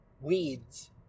weeds